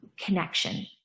connection